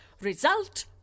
Result